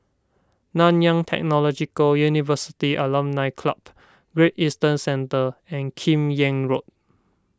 Nanyang Technological University Alumni Club Great Eastern Centre and Kim Yam Road